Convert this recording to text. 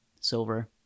Silver